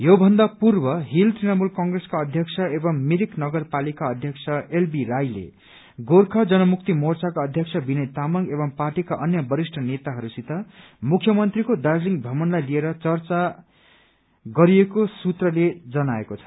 यो पन्दा पूर्व श्रील तृणमूल क्रीसका अध्यक्ष एवं मिरिक नगरपालिकाका अध्यक्ष एलवी राईले गोर्खा जनमुक्ति मोर्चाका अध्यक्ष विनय तामाङ एवं पार्टीका अन्य वरिष्ट नेताहरूसित मुख्यमन्त्रीको दार्जीलिङ थ्रमणलाई लिएर चर्चा गरिएको सूत्रले जनाएको छ